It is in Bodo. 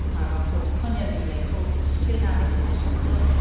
माबाखौ फोनेल बिलाइखौ सिफ्लेनानै खर'सायाव दोनो